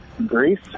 Greece